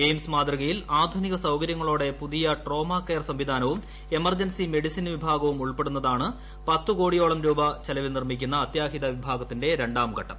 AIIMS മാതൃകയിൽ ആധുനിക സൌകര്യങ്ങളോടെ പുതിയ ട്രോമകെയർ സംവിധാനവും എമർജൻസി മെഡിസിൻ വിഭാഗവും ഉൾപ്പെടുന്നതാണ് പത്തുകോടിയോളം രൂപ ചെലവിൽ നിർമ്മിക്കുന്ന അത്യാഹിത വിഭാഗത്തിന്റെ രണ്ടാം ഘട്ടം